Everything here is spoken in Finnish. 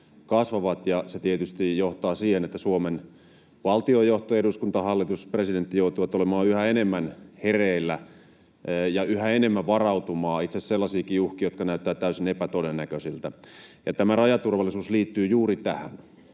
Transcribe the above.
kasvavat. Se tietysti johtaa siihen, että Suomen valtiojohto — eduskunta, hallitus, presidentti — joutuvat olemaan yhä enemmän hereillä ja yhä enemmän varautumaan itse asiassa sellaisiinkin uhkiin, jotka näyttävät täysin epätodennäköisiltä. Ja tämä rajaturvallisuus liittyy juuri tähän.